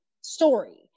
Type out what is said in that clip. story